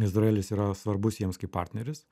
izraelis yra svarbus jiems kaip partneris